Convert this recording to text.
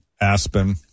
Aspen